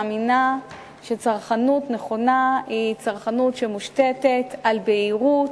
מאמינה שצרכנות נכונה היא צרכנות שמושתתת על בהירות,